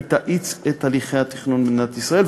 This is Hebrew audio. גם תאיץ את הליכי התכנון במדינת ישראל,